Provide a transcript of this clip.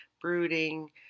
brooding